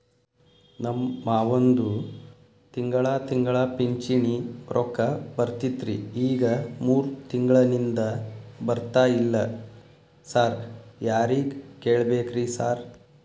ನಮ್ ಮಾವಂದು ತಿಂಗಳಾ ತಿಂಗಳಾ ಪಿಂಚಿಣಿ ರೊಕ್ಕ ಬರ್ತಿತ್ರಿ ಈಗ ಮೂರ್ ತಿಂಗ್ಳನಿಂದ ಬರ್ತಾ ಇಲ್ಲ ಸಾರ್ ಯಾರಿಗ್ ಕೇಳ್ಬೇಕ್ರಿ ಸಾರ್?